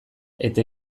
eta